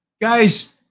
Guys